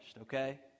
okay